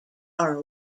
are